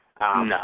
No